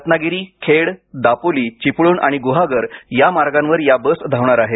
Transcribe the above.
रत्नागिरी खेड दापोली चिपळूण आणि गुहागर या मार्गांवर बस धावणार आहेत